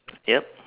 yup